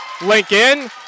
Lincoln